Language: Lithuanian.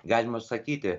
galima sakyti